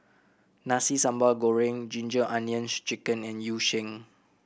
Nasi Sambal Goreng Ginger Onions Chicken and Yu Sheng